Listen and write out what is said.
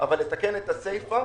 אבל לתקן את הסיפא